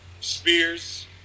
spears